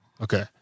Okay